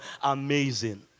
Amazing